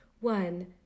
One